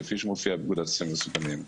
כפי שמופיע בפקודת הסמים המסוכנים,